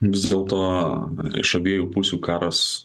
vis dėlto iš abiejų pusių karas